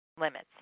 limits